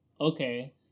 okay